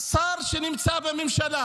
שר שנמצא בממשלה